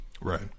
right